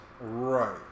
Right